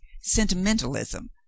sentimentalism